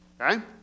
okay